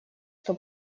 что